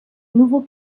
nouveau